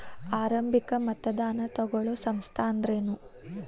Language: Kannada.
ಆರಂಭಿಕ್ ಮತದಾನಾ ತಗೋಳೋ ಸಂಸ್ಥಾ ಅಂದ್ರೇನು?